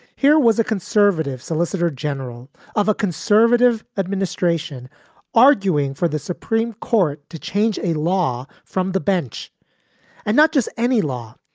here was a conservative solicitor general of a conservative administration arguing for the supreme court to change a law from the bench and not just any law.